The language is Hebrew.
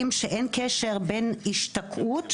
לאחרים לא בודקים.